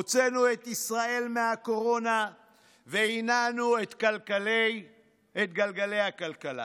הוצאנו את ישראל מהקורונה והנענו את גלגלי הכלכלה.